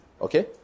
Okay